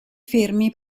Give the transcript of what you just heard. fermi